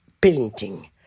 painting